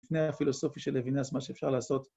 ‫לפני הפילוסופי של לוינאס, ‫מה שאפשר לעשות?